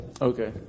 Okay